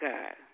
God